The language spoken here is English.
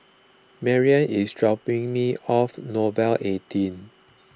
Marrion is dropping me off Nouvel eighteen